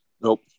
Nope